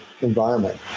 environment